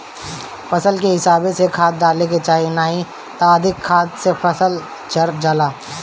फसल के हिसाबे से खाद डाले के चाही नाही त अधिका खाद से फसल जर जाला